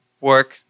work